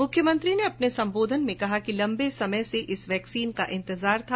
मुख्यमंत्री ने अपने संबोधन में कहा कि लम्बे समय से इस वैक्सीन का इंतजार था